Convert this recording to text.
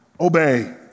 obey